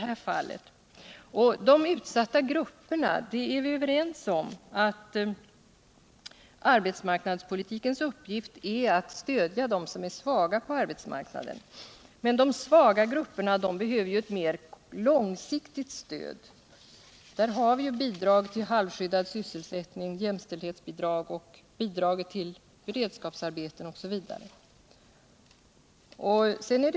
Vi är överens om att arbetsmarknadspolitikens uppgift är att stödja dem som är svaga på arbetsmarknaden. Men de svaga grupperna behöver ju ett mer långsiktigt stöd. Vi har där bidraget till halvskyddad sysselsättning, jämställdhetsbidraget, bidraget till beredskapsarbetet osv.